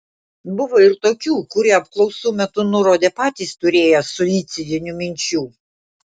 buvo ir tokių kurie apklausų metu nurodė patys turėję suicidinių minčių